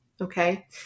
Okay